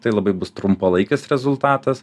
tai labai bus trumpalaikis rezultatas